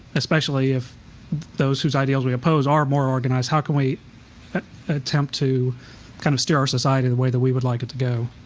especially if those whose ideals we oppose are more organized, how can we attempt to kind of steer our society the way that we would like it to go?